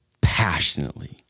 passionately